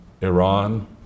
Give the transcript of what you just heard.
Iran